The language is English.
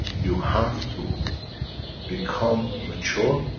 you have to become mature,